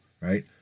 Right